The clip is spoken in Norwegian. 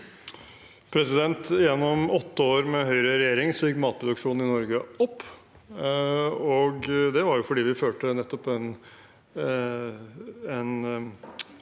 Gjennom åtte år med høyreregjering gikk matproduksjonen i Norge opp, og det var fordi vi førte en